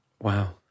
Wow